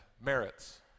Merits